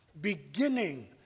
beginning